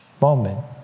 moment